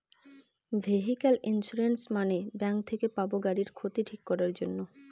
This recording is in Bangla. ভেহিক্যাল ইন্সুরেন্স মানে ব্যাঙ্ক থেকে পাবো গাড়ির ক্ষতি ঠিক করাক জন্যে